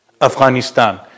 Afghanistan